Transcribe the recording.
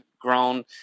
grown